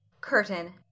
Curtain